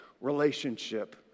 relationship